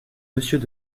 monsieur